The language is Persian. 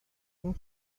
اون